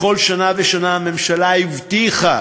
בכל שנה ושנה הממשלה הבטיחה,